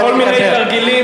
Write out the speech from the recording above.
בכל מיני תרגילים,